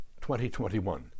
2021